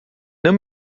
não